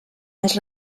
més